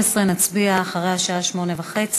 מה נחשב לחדשנות טכנולוגית.